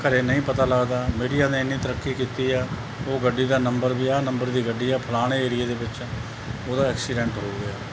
ਘਰੇ ਨਹੀਂ ਪਤਾ ਲੱਗਦਾ ਮੀਡੀਆ ਨੇ ਇੰਨੀ ਤਰੱਕੀ ਕੀਤੀ ਆ ਉਹ ਗੱਡੀ ਦਾ ਨੰਬਰ ਵੀ ਆਹ ਨੰਬਰ ਦੀ ਗੱਡੀ ਆ ਫਲਾਣੇ ਏਰੀਏ ਦੇ ਵਿੱਚ ਉਹਦਾ ਐਕਸੀਡੈਂਟ ਹੋ ਗਿਆ